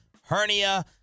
hernia